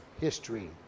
history